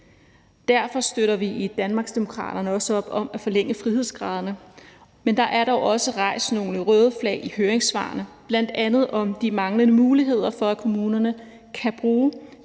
Derfor støtter vi i Danmarksdemokraterne også op om at forlænge frihedsgraderne. Men der er dog også rejst nogle røde flag i høringssvarene, bl.a. om de manglende muligheder for, at kommunerne kan bruge